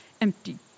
empty